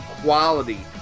quality